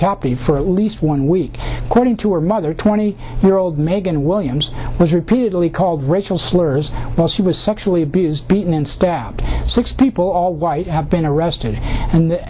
captive for at least one week according to her mother twenty year old megan williams was repeatedly called racial slurs while she was sexually abused beaten and stabbed six people all white have been arrested and